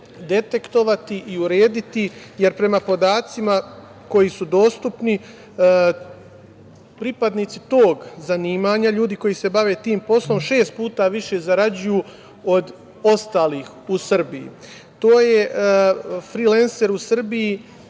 detektovati i urediti, jer prema podacima koji su dostupni pripadnici tog zanimanja, ljudi koji se bave tim poslom šest puta više zarađuju od ostalih u Srbiji. Frilenser u Srbiji,